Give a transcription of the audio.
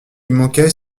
manquait